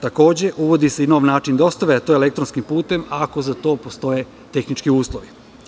Takođe, uvodi se i novi način dostave, a to je elektronskim putem, akoza to postoje tehnički uslovi.